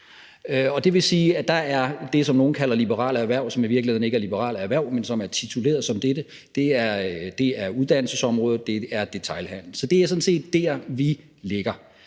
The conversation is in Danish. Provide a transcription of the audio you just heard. Det vil sige, at der er det, som nogle kalder liberale erhverv, som i virkeligheden ikke er liberale erhverv, men som er tituleret som dette, og det er uddannelsesområdet, og det er detailhandelen. Så det er sådan set der, vi ligger.